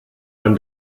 man